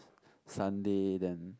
Sunday then